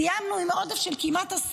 סיימנו עם עודף של כמעט 10